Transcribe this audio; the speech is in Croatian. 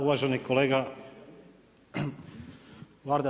Uvaženi kolega VArda.